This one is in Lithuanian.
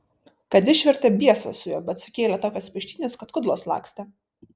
kad išvertė biesas su juo bet sukėlė tokias peštynes kad kudlos lakstė